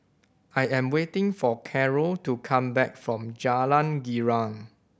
I am waiting for Carole to come back from Jalan Girang